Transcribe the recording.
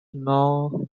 now